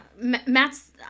Matt's